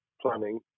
planning